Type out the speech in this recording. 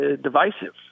divisive